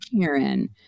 Karen